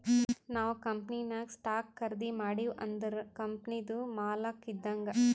ನಾವ್ ಕಂಪನಿನಾಗ್ ಸ್ಟಾಕ್ ಖರ್ದಿ ಮಾಡಿವ್ ಅಂದುರ್ ಕಂಪನಿದು ಮಾಲಕ್ ಇದ್ದಂಗ್